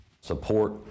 Support